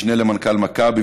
משנה למנכ"ל מכבי,